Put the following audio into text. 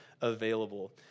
available